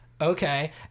okay